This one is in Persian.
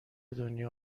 دنیا